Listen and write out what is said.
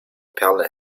perle